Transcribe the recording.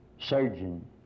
surgeon